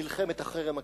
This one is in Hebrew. מלחמת החרם הכלכלי.